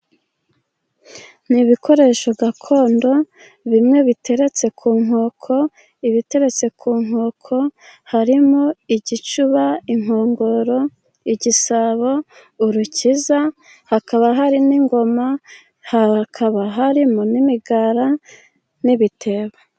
Ni ibikoresho gakondo bimwe biteretse ku nkoko. Ibiteretse ku nkoko harimo igicuba, inkongoro, igisabo, urukiza hakaba hari n'ingoma, hakaba harimo n'imigara n'ibitebo.